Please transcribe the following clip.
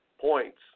points